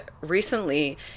recently